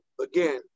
again